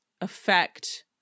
affect